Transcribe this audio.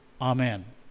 Amen